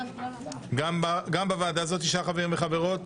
גם בוועדה הזו תשעה חברים וחברות,